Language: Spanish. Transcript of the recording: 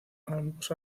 ambos